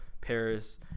paris